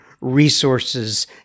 Resources